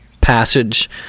passage